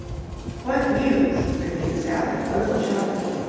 what news? repeated sally, a little sharply.